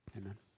Amen